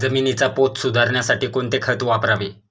जमिनीचा पोत सुधारण्यासाठी कोणते खत वापरावे?